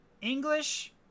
English